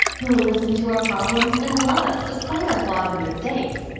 who will listen to our problems and love us despite our flaws and mistakes.